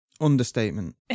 Understatement